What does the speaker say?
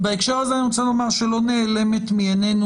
בהקשר הזה אני רוצה לומר שלא נעלמת מעיננו